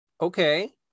okay